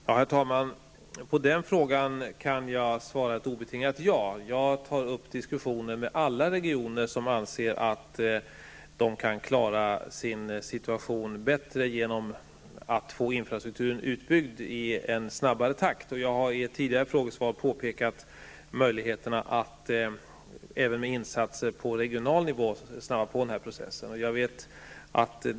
Herr talman! På den frågan kan jag svara ett obetingat ja. Jag tar upp diskussioner med alla regioner som anser att de kan klara sin situation bättre genom att få infrastrukturen utbyggd i en snabbare takt. Jag har i ett tidigare frågesvar påpekat möjligheterna att även med insatser på regional nivå skynda på den här processen.